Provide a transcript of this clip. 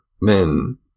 men